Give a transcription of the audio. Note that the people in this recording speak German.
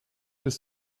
bis